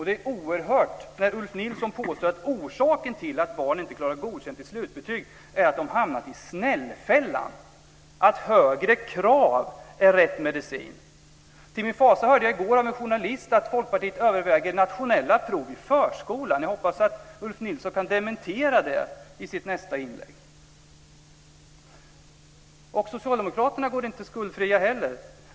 Det är oerhört att Ulf Nilson påstår att orsaken till att barn inte klarar godkänt i slutbetyget är att de hamnat i "snällfällan" och att högre krav är rätt medicin. Till min fasa hörde jag i går av en journalist att Folkpartiet överväger nationella prov i förskolan. Jag hoppas att Ulf Nilsson kan dementera det i sitt nästa inlägg. Socialdemokraterna går heller inte skuldfria.